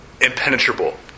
impenetrable